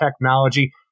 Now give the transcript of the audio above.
technology